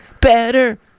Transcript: Better